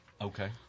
Okay